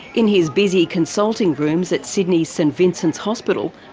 in his busy consulting rooms at sydney's st vincent hospital,